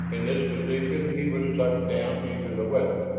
in this position he was sucked down into the well.